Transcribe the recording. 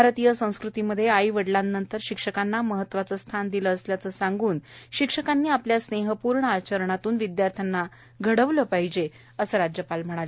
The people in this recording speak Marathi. भारतीय संस्कृतीमध्ये आई वडिलांनंतर शिक्षकांना महत्वाचे स्थान दिले आहे असे सांगून शिक्षकांनी आपल्या स्नेहपूर्ण आचरणातून विद्यार्थ्यांना घडवले पाहिजे असे राज्यपालांनी सांगितले